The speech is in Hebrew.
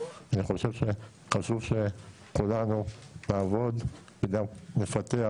אני חושב שחשוב שכולנו נעבוד וגם נפתח